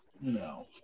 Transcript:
no